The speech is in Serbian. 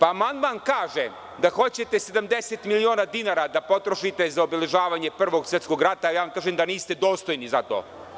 Amandman kaže da hoćete 70 miliona dinara da potrošite za obeležavanje Prvog svetskog rata, a ja vam kažem da niste dostojni za to.